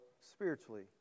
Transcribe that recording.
spiritually